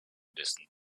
distant